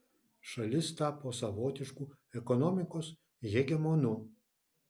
šalis tapo savotišku ekonomikos hegemonu